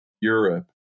Europe